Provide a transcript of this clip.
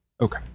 Okay